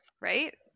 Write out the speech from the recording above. Right